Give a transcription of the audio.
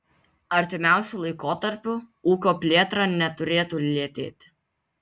artimiausiu laikotarpiu ūkio plėtra neturėtų lėtėti